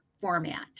format